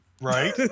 Right